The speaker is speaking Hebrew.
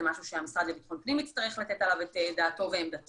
זה משהו שהמשרד לביטחון פנים יצטרך לתת עליו את דעתו ועמדתו,